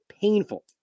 painful